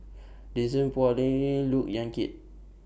Denise Phua Lay Look Yan Kit